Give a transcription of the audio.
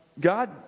God